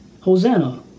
Hosanna